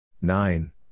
Nine